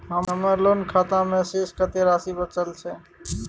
हमर लोन खाता मे शेस कत्ते राशि बचल छै?